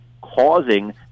causing